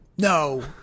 No